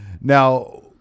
Now